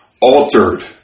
altered